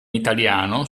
italiano